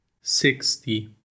sixty